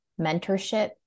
mentorship